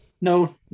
no